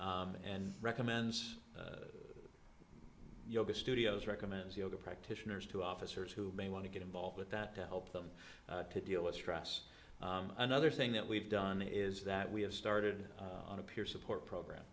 and recommends yoga studios recommends yoga practitioners to officers who may want to get involved with that to help them to deal with stress another thing that we've done is that we have started on a peer support program